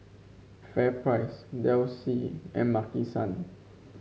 FairPrice Delsey and Maki San